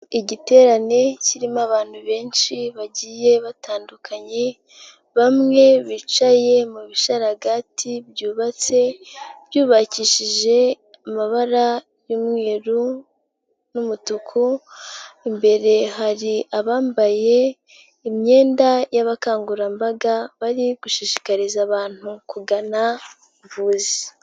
Igiterane kirimo abantu benshi bagiye batandukanye, bamwe bicaye mu bishararagati byubatse, byubakishije amabara y'umweru n'umutuku imbere hari abambaye imyenda y'abakangura mbaga bari gushishikariza abantu kugana ubuvuzi.